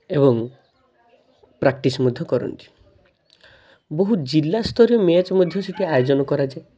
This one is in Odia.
ଏବଂ ପ୍ରାକ୍ଟିସ୍ ମଧ୍ୟ କରନ୍ତି ବହୁ ଜିଲ୍ଲାସ୍ତରୀୟ ମ୍ୟାଚ ମଧ୍ୟ ସେଇଠି ଆୟୋଜନ କରାଯାଏ